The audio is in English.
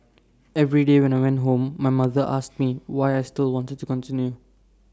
every day when I went home my mother asked me why I still wanted to continue